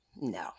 No